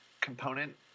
component